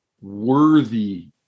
worthy